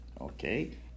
Okay